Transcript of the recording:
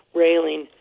railing